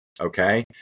okay